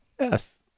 yes